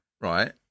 Right